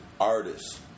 artists